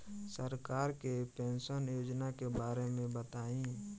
सरकार के पेंशन योजना के बारे में बताईं?